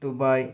Dubai